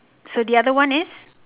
so the other one is